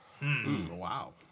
Wow